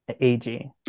AG